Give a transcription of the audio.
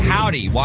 Howdy